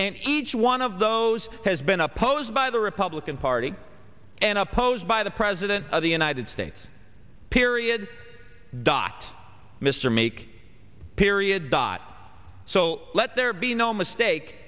and each one of those has been opposed by the republican party and opposed by the president of the united states period dot mr make period dot so let there be no mistake